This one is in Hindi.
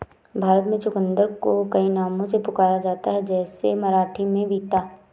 भारत में चुकंदर को कई नामों से पुकारा जाता है जैसे मराठी में बीता